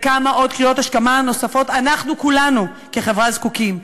לכמה עוד קריאות השכמה נוספות אנחנו כולנו כחברה זקוקים?